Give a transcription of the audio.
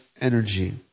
energy